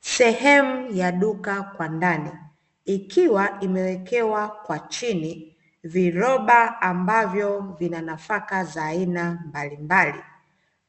Sehemu ya duka kwa ndani, ikiwa imewekewa kwa chini viroba ambavyo vina nafaka za aina mbalimbali,